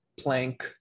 Planck